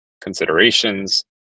considerations